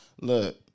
look